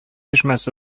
чишмәсе